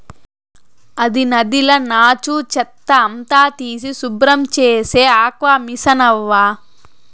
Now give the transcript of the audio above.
అది నదిల నాచు, చెత్త అంతా తీసి శుభ్రం చేసే ఆక్వామిసనవ్వా